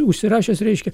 užsirašęs reiškia